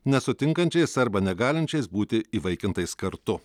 nesutinkančiais arba negalinčiais būti įvaikintais kartu